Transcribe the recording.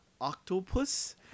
Octopus